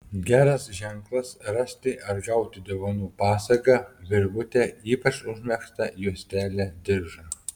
geras ženklas rasti ar gauti dovanų pasagą virvutę ypač užmegztą juostelę diržą